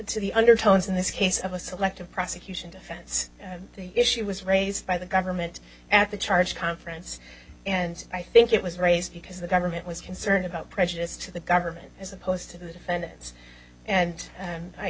to the undertones in this case of a selective prosecution defense and the issue was raised by the government at the charge conference and i think it was raised because the government was concerned about prejudice to the government as opposed to the defendants and